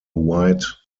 wide